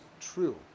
true